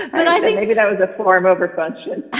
but i think maybe that was a form over function